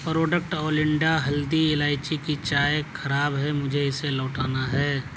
product اولنڈا ہلدی الائچی کی چائے خراب ہے مجھے اسے لوٹانا ہے